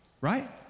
right